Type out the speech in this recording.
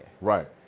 Right